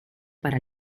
para